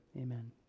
amen